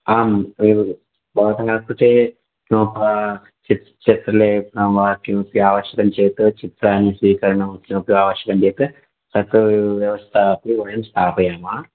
आं तदेव भवतः कृते चित् चित्रलेखनं वा किमपि आवश्यकं चेत् चित्राणि स्वीकरणं किमपि आवश्यकं चेत् तत् व्यवस्थामपि वयं स्थापयामः